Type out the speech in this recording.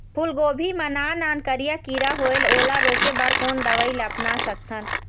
फूलगोभी मा नान नान करिया किरा होयेल ओला रोके बर कोन दवई ला अपना सकथन?